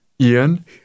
Ian